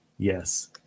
yes